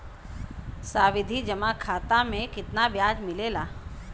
सावधि जमा खाता मे कितना ब्याज मिले ला?